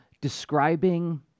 describing